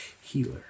healer